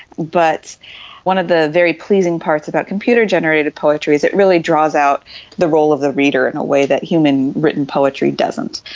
but one of the very pleasing parts about computer-generated poetry is it really draws out the role of the reader in a way that human written poetry doesn't.